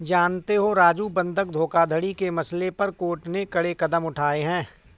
जानते हो राजू बंधक धोखाधड़ी के मसले पर कोर्ट ने कड़े कदम उठाए हैं